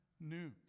news